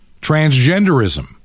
Transgenderism